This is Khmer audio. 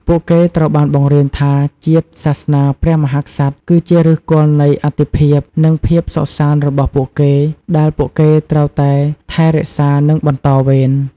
ពួកគេត្រូវបានបង្រៀនថា ជាតិ សាសនា ព្រះមហាក្សត្រ គឺជាឫសគល់នៃអត្ថិភាព និងភាពសុខសាន្តរបស់ពួកគេ ដែលពួកគេត្រូវតែថែរក្សា និងបន្តវេន។